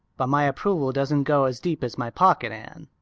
but my approval doesn't go as deep as my pocket, anne.